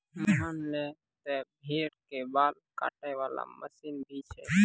मोहन लॅ त भेड़ के बाल काटै वाला मशीन भी छै